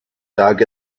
dug